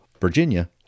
Virginia